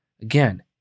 Again